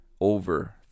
over